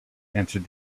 answered